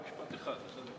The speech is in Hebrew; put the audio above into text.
משפט אחד.